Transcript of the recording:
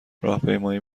راهپیمایی